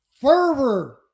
Fervor